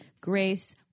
Grace